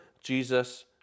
Jesus